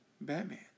Batman